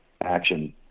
action